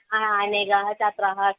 हा अनेकाः छात्राः